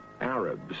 arabs